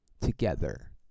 together